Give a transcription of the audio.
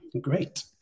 Great